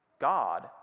God